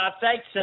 Thanks